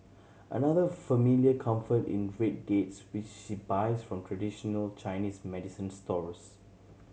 another familiar comfort in red dates which she buys from traditional Chinese medicine stores